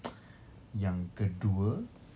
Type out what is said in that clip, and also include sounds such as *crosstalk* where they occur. *noise* yang kedua